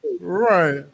right